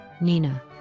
Nina